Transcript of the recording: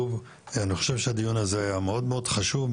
אני חושב שהדיון הזה היה מאוד חשוב,